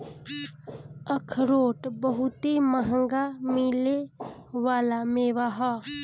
अखरोट बहुते मंहगा मिले वाला मेवा ह